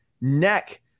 neck